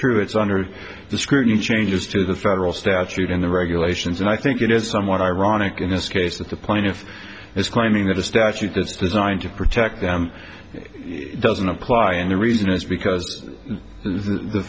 true it's under the scrutiny changes to the federal statute in the regulations and i think it is somewhat ironic in this case that the plaintiff is claiming that a statute that's designed to protect them doesn't apply and the reason is because the